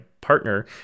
partner